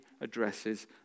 addresses